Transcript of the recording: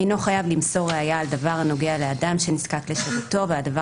אינו חייב למסור ראיה על דבר הנוגע לאדם שנזקק לשירותו והדבר